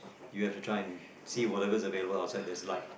you have to try and see whatever is available outside that's light